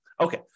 Okay